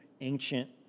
ancient